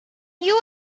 you